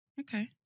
Okay